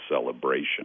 celebration